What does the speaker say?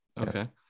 okay